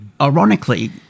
ironically